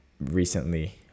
recently